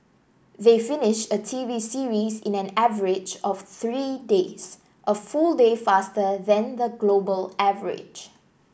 they finish a T V series in an average of three days a full day faster than the global average